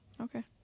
Okay